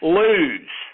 lose